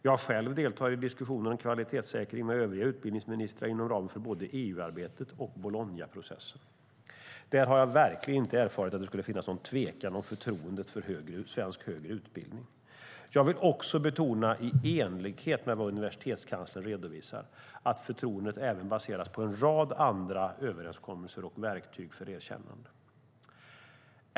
Jag själv deltar i diskussioner om kvalitetssäkring med övriga utbildningsministrar inom ramen för både EU-arbetet och Bolognaprocessen. Där har jag verkligen inte erfarit att det skulle finnas någon tvekan om förtroendet för svensk högre utbildning. Jag vill betona, i enlighet med vad universitetskanslern redovisar, att förtroendet även baseras på en rad andra överenskommelser och verktyg för erkännande.